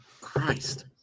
christ